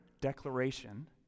declaration